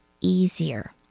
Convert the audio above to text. easier